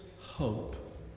hope